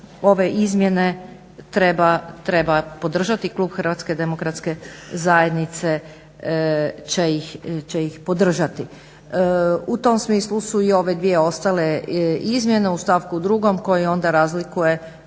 ove izmjene treba podržati klub Hrvatske demokratske zajednice će ih podržati. U tom smislu su i ove dvije ostale izmjene u stavku drugom koji onda razlikuje